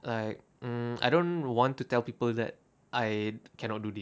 like mm I don't want to tell people that I cannot do this